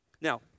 Now